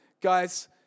guys